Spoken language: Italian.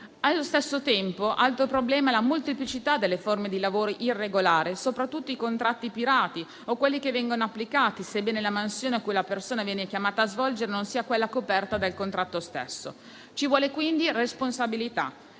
lavoratori. Un altro problema è quello della molteplicità delle forme di lavoro irregolare, soprattutto i contratti pirata o quelli che vengono applicati, sebbene la mansione che la persona viene chiamata a svolgere non sia quella coperta dal contratto stesso. Ci vuole quindi responsabilità